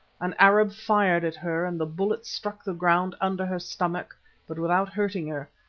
an arab fired at her and the bullet struck the ground under her stomach but without hurting her,